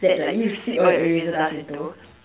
that like you sweep all your eraser dust into